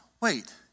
wait